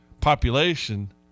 population